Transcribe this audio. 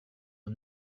was